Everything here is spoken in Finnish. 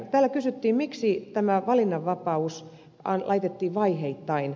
täällä kysyttiin miksi tämä valinnanvapaus laitettiin vaiheittain